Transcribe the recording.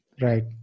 Right